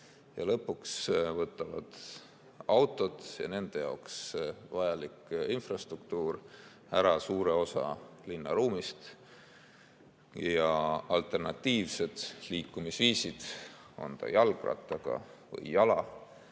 Lõpuks võtavad autod ja nende jaoks vajalik infrastruktuur ära suure osa linnaruumist ja alternatiivsed liikumisviisid, on see jalgrattaga või jala